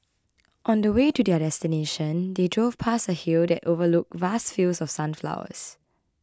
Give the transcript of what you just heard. on the way to their destination they drove past a hill that overlooked vast fields of sunflowers